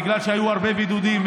בגלל שהיו הרבה בידודים,